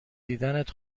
دیدنت